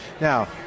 Now